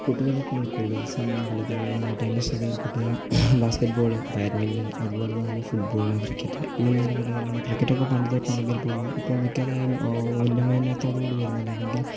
കുട്ടികൾ ഇപ്പോൾ കൂടുതൽ സമയം കളിക്കുന്നതായി എൻ്റെ ശ്രദ്ധയിൽപ്പെട്ടത് ബാസ്കറ്റ് ബോൾ ബാറ്റ്മിൻറ്റൺ അതുപോലെ തന്നെ ഫുട്ബോൾ ക്രിക്കറ്റ് ഈ നാലു കളികളിലാണേ ക്രിക്കറ്റ് ഒക്കെ പണ്ടു തൊട്ട് ഉണ്ടെങ്കിൽ പോലും ഇപ്പോൾ മിക്കതായും ഉന്നമനത്തോടു കൂടി വരുന്നില്ല അല്ലെങ്കിൽ